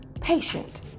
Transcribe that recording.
patient